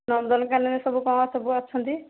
ନନ୍ଦନକାନନରେ ସବୁ କ'ଣ ସବୁ ଅଛନ୍ତି